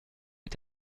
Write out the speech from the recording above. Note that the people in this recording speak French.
est